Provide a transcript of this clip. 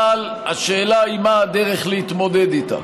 אבל השאלה היא מה הדרך להתמודד איתה.